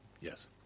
yes